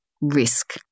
risk